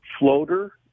Floater